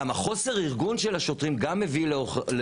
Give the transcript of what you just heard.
גם חוסר הארגון של השוטרים הוא בעוכריהם.